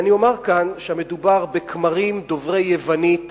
אני אומר כאן שמדובר בכמרים דוברי יוונית